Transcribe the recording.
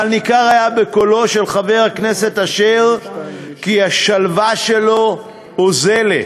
אבל ניכר היה בקולו של חבר הכנסת אשר כי השלווה שלו אוזלת.